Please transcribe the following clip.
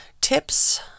tips